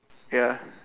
ya